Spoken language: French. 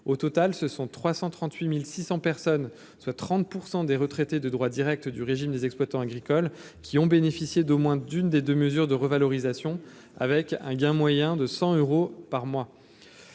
au total ce sont 338600 personnes soit 30 % des retraités de droit direct du régime des exploitants agricoles, qui ont bénéficié d'au moins d'une des deux mesures de revalorisation, avec un gain moyen de 100 euros par mois,